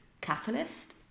catalyst